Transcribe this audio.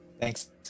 Thanks